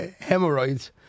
hemorrhoids